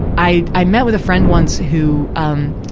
i, i met with a friend once who, um,